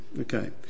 okay